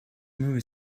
movie